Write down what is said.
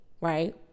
right